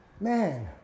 man